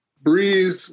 Breathe